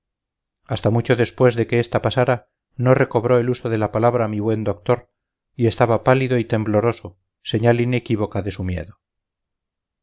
hasta mucho después de que esta pasara no recobró el uso de la palabra mi buen doctor y estaba pálido y tembloroso señal inequívoca de su miedo